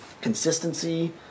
Consistency